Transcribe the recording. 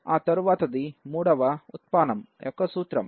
ఆ తరువాతది మూడోవ ఉత్పానం యొక్క సూత్రం